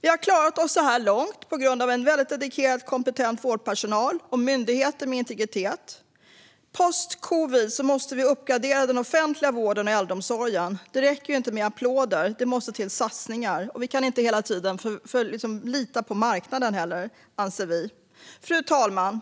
Vi har klarat oss så här långt tack vare dedikerad och kompetent vårdpersonal och myndigheter med integritet. Post-covid måste vi uppgradera den offentliga vården och äldreomsorgen. Det räcker inte med applåder; det måste till satsningar. Vi kan inte heller lita på marknaden hela tiden, anser vi. Fru talman!